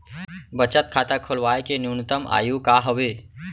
बचत खाता खोलवाय के न्यूनतम आयु का हवे?